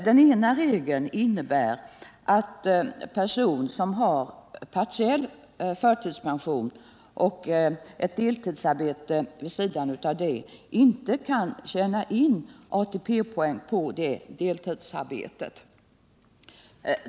Den ena regeln innebär att person som har partiell förtidspension och ett deltidsarbete vid sidan av detta inte kan tjäna in ATP-poäng på detta deltidsarbete.